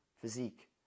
physique